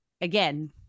again